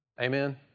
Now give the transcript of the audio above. Amen